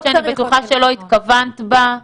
מפני שאנחנו מסוגלים לבצע שני קונצרטים ביום.